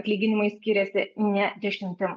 atlyginimai skiriasi ne dešimtim